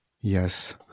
Yes